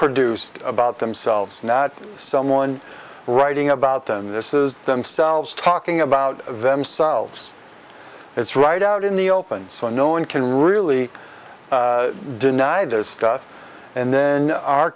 produced about themselves not someone writing about them this is themselves talking about themselves it's right out in the open so no one can really deny this and then our